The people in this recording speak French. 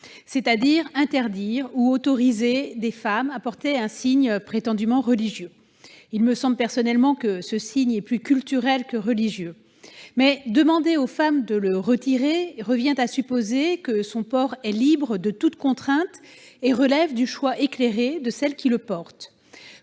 s'il fallait interdire ou autoriser des femmes à porter un signe prétendument religieux en ces occasions. Il me semble, personnellement, que ce signe est plus culturel que religieux. Demander aux femmes de le retirer revient à supposer que son port est libre de toute contrainte et relève du choix éclairé de celle qui le porte